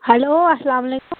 hello السلام علیکُم